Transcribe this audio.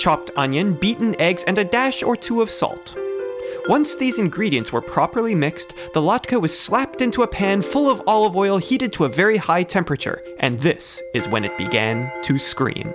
chopped onion beaten eggs and a dash or two of salt once these ingredients were properly mixed the lot was slapped into a pan full of all of oil heated to a very high temperature and this is when it began to screen